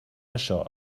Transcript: això